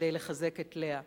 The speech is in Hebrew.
כדי לחזק את לאה.